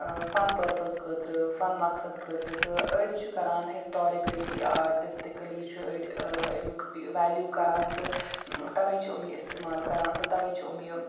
فَن purpose خٲطرٕ fun مقصد خٲطرٕ تہٕ أڑۍ چھِ کَران ہِسٹارِکٔلی آرٹِسٹِکٔلی چھُ أڑۍ اَمیُک یہِ ویلیوٗ کَران تہٕ تَوَے چھِ یِم یہِ اِستعمال کَران تہٕ تَوَے چھِ یِم یہِ